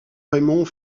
raymond